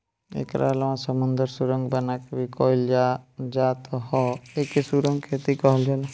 एकरा अलावा समुंदर सुरंग बना के भी कईल जात ह एके सुरंग खेती कहल जाला